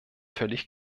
völlig